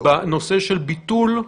בנושא של ביטול.